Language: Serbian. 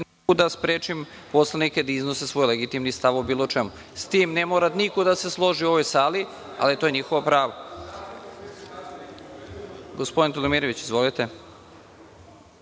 da sprečim poslanike da iznose svoj legitimni stav o bilo čemu. Sa tim ne mora niko da se složi u ovoj sali, ali to je njihovo pravo.(Čedomir Jovanović, s mesta: